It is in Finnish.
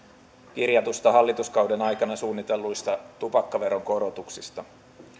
kirjatuista hallituskauden aikana suunnitelluista tupakkaveron korotuksista